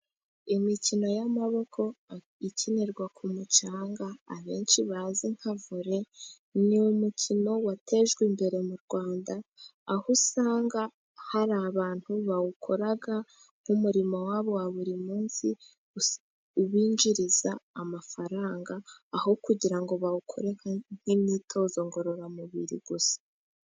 Imikino y'amaboko ikinirwa ku mucanga, abenshi bazi nka vore, ni umukino watejwe imbere mu Rwanda, aho usanga hari abantu bawukora nk'umurimo wa bo wa buri munsi, bininjiriza amafaranga, aho kugira ngo bawukore nk'imyitozo ngororamubiri gusa.